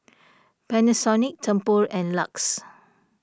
Panasonic Tempur and Lux